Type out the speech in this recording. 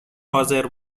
حاضر